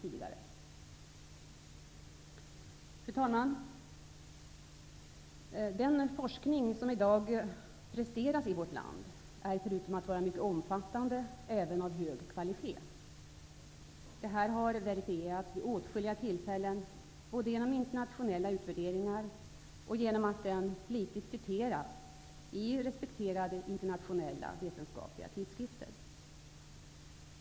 Fru talman! Den forskning som i dag presteras i vårt land är inte bara mycket omfattande utan även av hög kvalitet. Detta har verifierats vid åtskilliga tillfällen både genom internationella utvärderingar och genom att den flitigt citeras i respekterade internationella vetenskapliga tidskrifter.